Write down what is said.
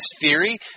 theory